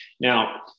Now